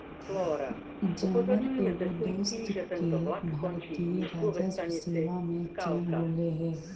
जमर एगो दोस्त के भारतीय राजस्व सेवा में चयन होले हे